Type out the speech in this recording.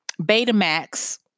Betamax